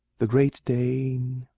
the great dane,